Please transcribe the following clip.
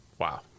Wow